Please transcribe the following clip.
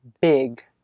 Big